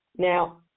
Now